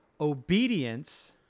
Obedience